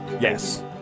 Yes